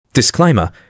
Disclaimer